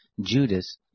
Judas